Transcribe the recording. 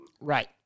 Right